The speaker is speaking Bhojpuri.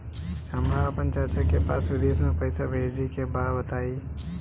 हमरा आपन चाचा के पास विदेश में पइसा भेजे के बा बताई